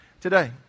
today